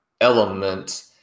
element